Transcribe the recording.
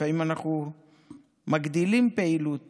לפעמים אנחנו מגדילים פעילות